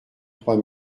trois